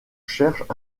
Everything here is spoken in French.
cherchent